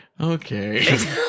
Okay